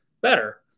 better